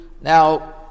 now